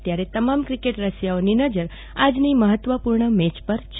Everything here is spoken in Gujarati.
ત્યારે તમામ ક્રિકટ રસીયાઓની નજર આજની મહત્વ પણ મેચ પર છે